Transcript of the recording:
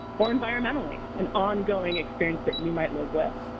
or environmentally an ongoing experience that and you might live with?